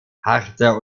harter